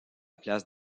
place